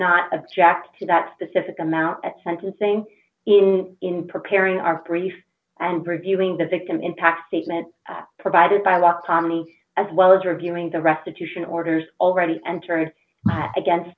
not object to that specific amount at sentencing in in preparing our brief and reviewing the victim impact statement provided by law cami as well as reviewing the restitution orders already entered against